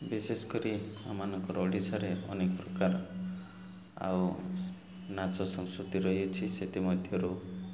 ବିଶେଷ କରି ଆମମାନଙ୍କର ଓଡ଼ିଶାରେ ଅନେକ ପ୍ରକାର ଆଉ ନାଚ ସଂସ୍କୃତି ରହିଅଛି ସେଥିମଧ୍ୟରୁ